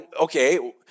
okay